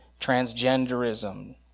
transgenderism